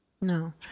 No